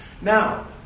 Now